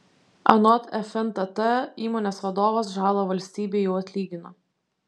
anot fntt įmonės vadovas žalą valstybei jau atlygino